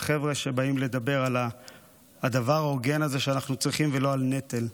וחבר'ה שבאים לדבר על הדבר ההוגן הזה שאנחנו צריכים ולא על נטל.